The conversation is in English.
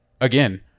Again